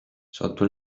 sotto